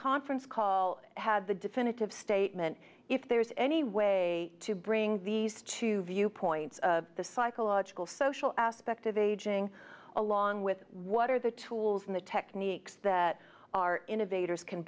conference call had the definitive statement if there's any way to bring these two viewpoints the psychological social aspect of ageing along with what are the tools in the techniques that are innovators can